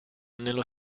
nello